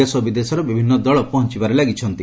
ଦେଶ ବିଦେଶର ବିଭିନ୍ନ ଦଳ ପହଞ୍ଚବାରେ ଲାଗିଛନ୍ତି